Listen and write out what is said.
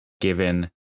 given